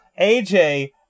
AJ